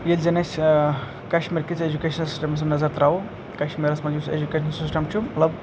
ییٚلہِ زَن أسۍ کَشمیٖرکِس اٮ۪جوکیشَن سِسٹَمَس پٮ۪ٹھ نَظر ترٛاوو کَشمیٖرَس منٛز یُس اٮ۪جوکیشَن سِسٹَم چھُ مطلب